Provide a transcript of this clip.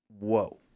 Whoa